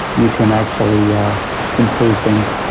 you can actually improve things.